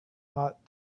hot